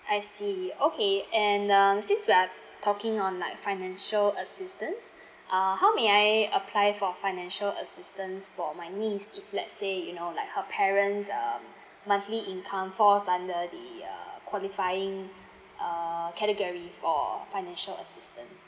I see okay and um since we are talking on like financial assistance uh how may I apply for financial assistance for my niece if let's say you know like her parents um monthly income fall under the uh qualifying uh category for financial assistance